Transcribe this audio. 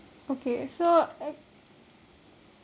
okay so ac~